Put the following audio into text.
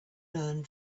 learned